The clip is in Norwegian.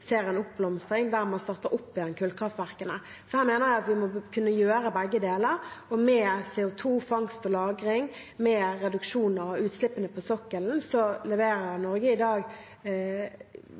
ser en oppblomstring der man starter opp igjen kullkraftverkene. Jeg mener at vi må kunne gjøre begge deler, og med CO 2 -fangst og -lagring og med reduksjoner i utslippene på sokkelen leverer Norge i dag